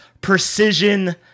precision